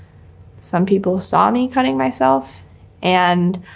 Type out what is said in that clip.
some people saw me cutting myself and.